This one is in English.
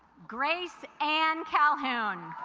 grace and calhoun